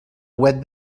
web